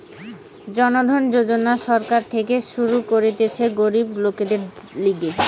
জন ধন যোজনা সরকার থেকে শুরু করতিছে গরিব লোকদের লিগে